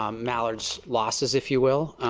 um pal larld's losses if you will.